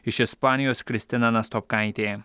iš ispanijos kristina nastopkaitė